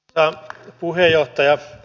arvoisa puheenjohtaja